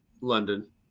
London